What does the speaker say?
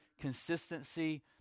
consistency